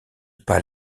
pas